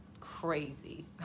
crazy